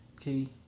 Okay